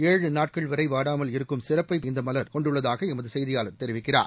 ஏழு நாட்கள் வரைவாடாமல் இருக்கும் சிறப்பை இந்தமலர் கொண்டுள்ளதாகஎமதிசெய்தியாளர் தெரிவிக்கிறார்